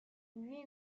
lui